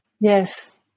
Yes